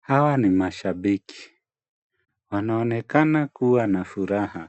Hawa ni mashabiki. Wanaonekana kuwa na furaha.